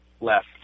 left